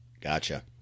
Gotcha